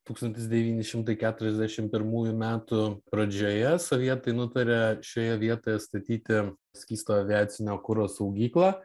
tūkstančiai devyni šimtai keturiasdešim pirmųjų metų pradžioje sovietai nutarė šioje vietoje statyti skysto aviacinio kuro saugyklą